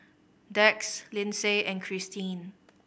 Dax Lyndsay and Christeen